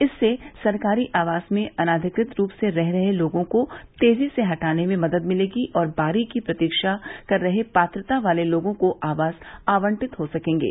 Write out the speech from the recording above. इससे सरकारी आवास में अनधिकृत रूप से रह रहे लोगों को तेजी से हटाने में मदद मिलेगी और बारी का इंतजार कर रहे पात्रता वाले लोगों को आवास आवंटित हो सकेंगे